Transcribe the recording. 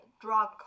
drug